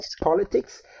politics